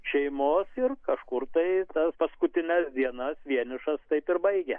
šeimos ir kažkur tai tas paskutines dienas vienišas taip ir baigia